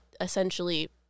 essentially